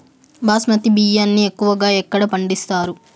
బాస్మతి బియ్యాన్ని ఎక్కువగా ఎక్కడ పండిస్తారు?